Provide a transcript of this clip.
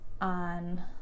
on